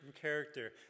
character